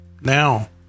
now